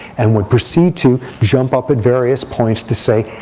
and would proceed to jump up at various points to say,